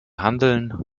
handeln